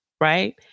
right